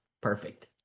Perfect